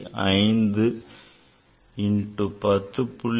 5 into 10